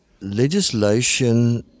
Legislation